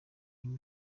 uko